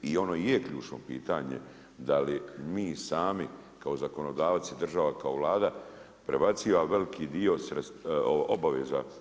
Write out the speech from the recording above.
I ono je ključno pitanje da li mi sami kao zakonodavci, država, kao Vlada prebacuje veliki dio obaveza.